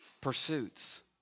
pursuits